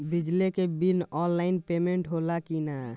बिजली के bill online payment होला कि ना?